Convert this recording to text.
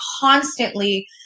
constantly